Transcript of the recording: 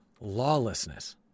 lawlessness